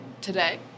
today